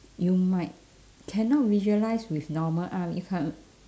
you might cannot visualise with normal arm you can't